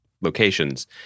locations